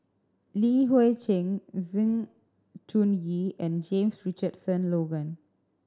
Li Hui Cheng Sng Choon Yee and James Richardson Logan